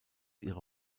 ihre